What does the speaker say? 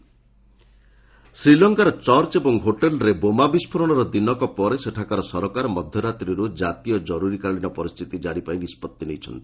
ଶ୍ରୀଲଙ୍କା ଶ୍ରୀଲଙ୍କାର ଚର୍ଚ୍ଚ ଏବଂ ହୋଟେଲ୍ରେ ବୋମା ବିସ୍ଫୋରଣର ଦିନକ ପରେ ସେଠାକାର ସରକାର ମଧ୍ୟରାତ୍ରିରୁ ଜାତୀୟ ଜରୁରୀକାଳୀନ ପରିସ୍ଥିତି କାରି ପାଇଁ ନିଷ୍ପଭି ନେଇଛନ୍ତି